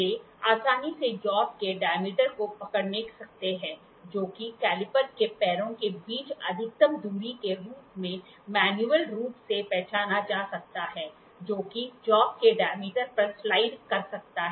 वे आसानी से जाॅब के डायमीटर को पकड़ सकते हैं जो कि कैलीपर के पैरों के बीच अधिकतम दूरी के रूप में मैन्युअल रूप से पहचाना जा सकता है जो कि जाॅब के डायमीटर पर स्लाइड कर सकता है